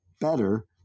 better